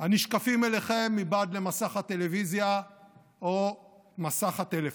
הנשקפים אליכם מבעד למסך הטלוויזיה או מסך הטלפון.